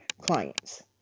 clients